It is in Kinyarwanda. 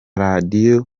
radio